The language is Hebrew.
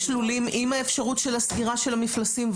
יש לולים עם האפשרות של הסגירה של המפלסים,